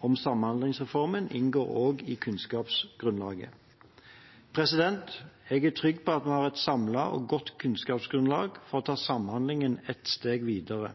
om samhandlingsreformen inngår også i kunnskapsgrunnlaget. Jeg er trygg på at vi har et samlet og godt kunnskapsgrunnlag for å ta samhandlingen et steg videre.